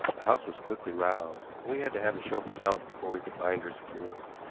the house was quickly roused, and we had to have the chauffeur's help before we could bind her securely.